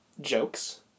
jokes